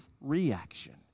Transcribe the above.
reaction